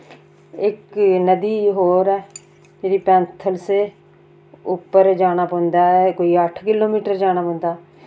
इक नदी होर ऐ जेह्ड़ी पैंथल शा उप्पर जाना पौंदा ऐ कोई अट्ठ किलोमीटर जाना पोंदा